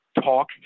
talk